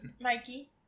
Mikey